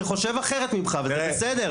שחושב אחרת ממך וזה בסדר,